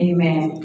Amen